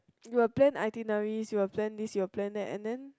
you will plan itinerary you will plan this you will plan that and then